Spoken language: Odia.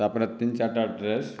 ତାପରେ ତିନି ଚାରିଟା ଡ୍ରେସ